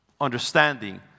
understanding